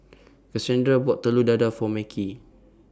Kasandra bought Telur Dadah For Macey